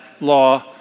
law